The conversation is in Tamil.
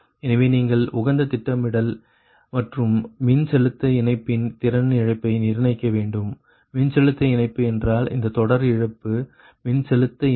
எனவே நீங்கள் உகந்த திட்டமிடல் மற்றும் மின்செலுத்த இணைப்பின் திறன் இழப்பை நிர்ணயிக்க வேண்டும் மின்செலுத்த இணைப்பு என்றால் இந்த தொடர் இழப்பு மின்செலுத்த இணைப்பு